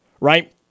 right